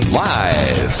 live